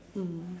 mm